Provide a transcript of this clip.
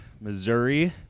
Missouri